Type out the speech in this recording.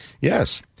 Yes